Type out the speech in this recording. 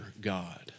God